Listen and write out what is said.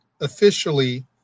officially